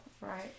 Right